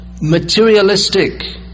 materialistic